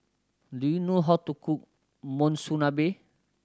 do you know how to cook Monsunabe